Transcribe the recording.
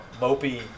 Mopey